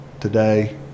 today